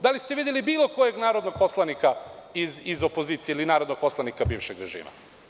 Da li ste videli bilo kojeg narodnog poslanika iz opozicije ili narodnog poslanika bivšeg režima?